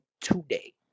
today